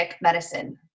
medicine